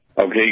okay